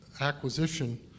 acquisition